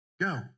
Go